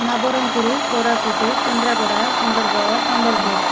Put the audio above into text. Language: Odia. ନବରଙ୍ଗପୁର କୋରାପୁଟ କେନ୍ଦ୍ରାପଡ଼ା ସୁନ୍ଦରଗଡ଼ ସମ୍ବଲପୁର